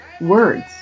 words